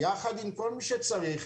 עם כל מי שצריך,